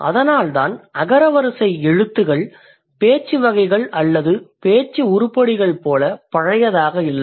அதனால்தான் அகரவரிசை எழுத்துக்கள் பேச்சு வகைகள் அல்லது பேச்சு உருப்படிகள் போல பழையதாக இல்லை